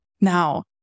Now